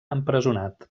empresonat